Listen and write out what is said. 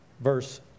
Verse